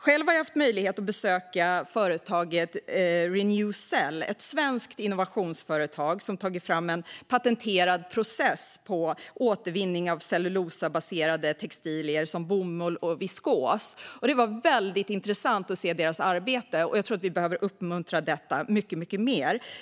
Själv har jag haft möjlighet att besöka företaget Renewcell, ett svenskt innovationsföretag som har tagit fram en patenterad process för återvinning av cellulosabaserade textilier som bomull och viskos. Det var väldigt intressant att se deras arbete. Jag tror att vi behöver uppmuntra detta mycket mer.